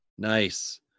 Nice